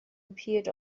appeared